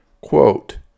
Quote